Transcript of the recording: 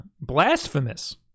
Blasphemous